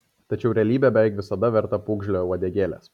tačiau realybė beveik visada verta pūgžlio uodegėlės